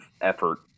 effort